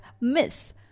Miss